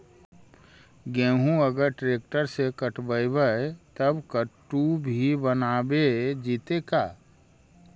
गेहूं अगर ट्रैक्टर से कटबइबै तब कटु भी बनाबे जितै का?